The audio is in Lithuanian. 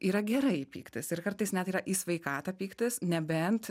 yra gerai pyktis ir kartais net yra į sveikatą pyktis nebent